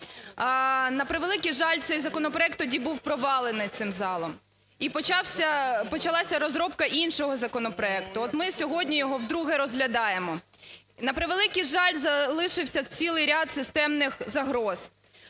на превеликий жаль, цей законопроект тоді був провалений цим залом. І почалася розробка іншого законопроекту. От ми сьогодні його вдруге розглядаємо. На превеликий жаль, залишився цілий ряд системних загроз.